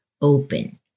open